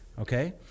okay